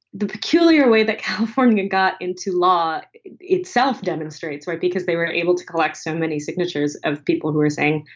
the peculiar way that california got into law itself demonstrates why, because they were able to collect so many signatures of people who are saying,